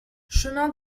chemin